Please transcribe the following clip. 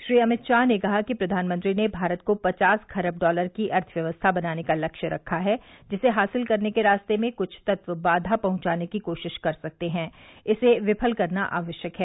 श्री अमित शाह ने कहा कि प्रधानमंत्री ने भारत को पचास खरब डॉलर की अर्थव्यवस्था बनाने का लक्ष्य रखा है जिसे हासिल करने के रास्ते में कुछ तत्व बाधा पहुंचाने की कोशिश कर सकते हैं इसे विफल करना आवश्यक है